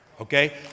okay